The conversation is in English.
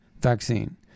vaccine